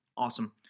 Awesome